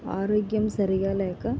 ఆరోగ్యం సరిగా లేక